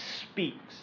speaks